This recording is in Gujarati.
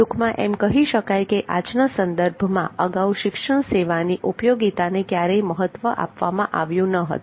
ટૂંકમાં એમ કહી શકાય કે આજના સંદર્ભમાં અગાઉ શિક્ષણ સેવાની ઉપયોગીતાને ક્યારેય મહત્વ આપવામાં આવ્યું ન હતું